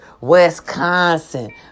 Wisconsin